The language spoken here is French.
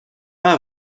pas